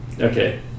Okay